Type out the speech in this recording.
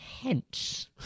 hence